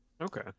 okay